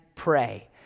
pray